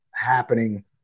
happening